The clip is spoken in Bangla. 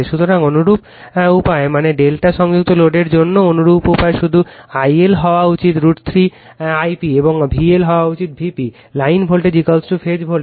সুতরাং অনুরূপ উপায় মানে Δ সংযুক্ত লোডের জন্যও অনুরূপ উপায় শুধু I L হওয়া উচিত √ 3 I p এবং VL হওয়া উচিত Vp line voltage phase voltage